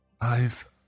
I've